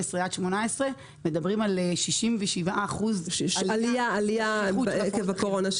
12 עד 18 מדברים על עלייה של 67% בשכיחות בהפרעות אכילה.